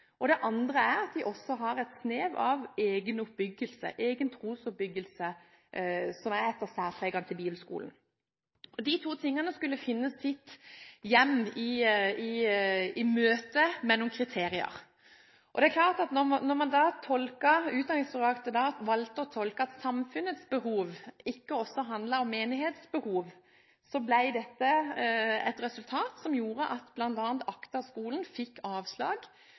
og den andre er at de også har et snev av egen trosoppbyggelse, som er ett av særpregene til bibelskolen. De to tingene skulle finne sitt hjem i møte mellom kriterier. Det er klart at når Utdanningsdirektoratet da valgte å tolke det slik at samfunnets behov ikke også handlet om menighetsbehov, ble det et resultat som gjorde at bl.a. ACTA-skolen fikk avslag